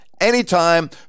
anytime